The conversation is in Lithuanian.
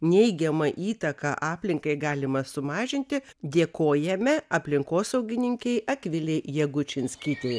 neigiamą įtaką aplinkai galima sumažinti dėkojame aplinkosaugininkei akvilei jagučinskytei